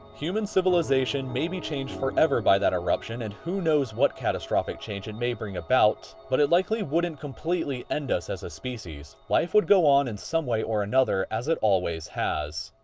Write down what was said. human civilization may be changed forever by that eruption and who knows what catastrophic change it may bring about, but it likely wouldn't completely end us as a species. life would go on in some way or another as it always has.